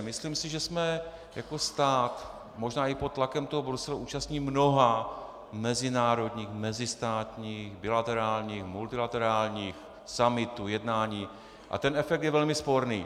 Myslím si, že jsme jako stát možná i pod tlakem toho Bruselu účastni mnoha mezinárodních, mezistátních, bilaterálních, multilaterálních summitů, jednání, a ten efekt je velmi sporný.